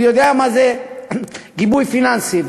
הוא יודע מה זה גיבוי פיננסי.